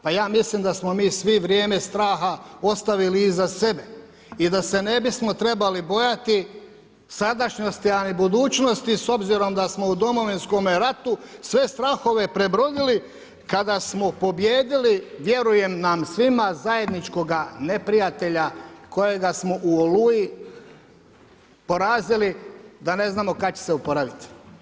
Pa ja mislim da smo svi vrijeme straha ostavili iza sebe i da se ne bismo trebali bojati sadašnjosti, a ni budućnosti s obzirom da smo u Domovinskom ratu sve strahove prebrodili, vjerujem nam svima zajedničkoga neprijatelja kojega smo u Oluji porazili da ne znamo kad će se opraviti.